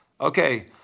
Okay